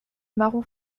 marron